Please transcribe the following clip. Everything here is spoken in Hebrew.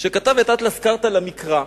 שכתב את אטלס "כרטא" למקרא.